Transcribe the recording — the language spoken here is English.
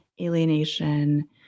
alienation